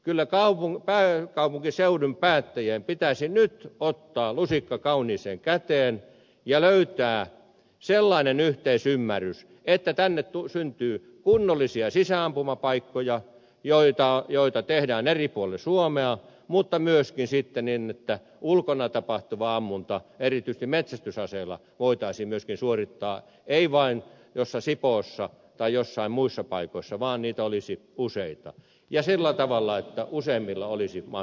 kyllä pääkaupunkiseudun päättäjien pitäisi nyt ottaa lusikka kauniiseen käteen ja löytää sellainen yhteisymmärrys että tänne syntyy kunnollisia sisäampumapaikkoja joita tehdään eri puolille suomea mutta myöskin sitten niin että ulkona tapahtuva ammunta erityisesti metsästysaseella voitaisiin myöskin suorittaa ei vain jossain sipoossa tai joissain muissa paikoissa vaan siten että niitä olisi useita ja sillä tavalla että useimmilla olisi mahdollisuus päästä sinne